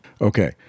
Okay